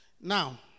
Now